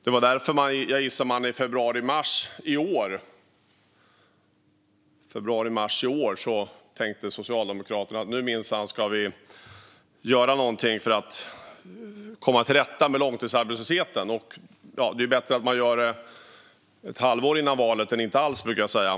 Det var därför, gissar jag, som Socialdemokraterna i februari mars i år tänkte att nu minsann ska vi göra någonting för att komma till rätta med långtidsarbetslösheten. Och det är ju bättre att man gör det ett halvår före valet än inte alls, brukar jag säga.